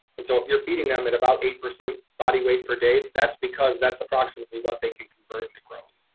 and so if you're feeding them at about eight percent body weight per day, that's because that's approximately what they can convert into growth.